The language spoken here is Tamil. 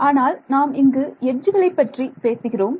ஆனால் நாம் இங்கு எட்ஜுகளை பற்றி பேசுகிறோம்